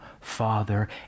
Father